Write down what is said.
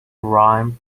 rhyme